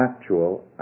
actual